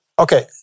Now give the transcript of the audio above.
Okay